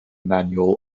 manual